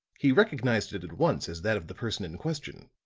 he recognized it at once as that of the person in question.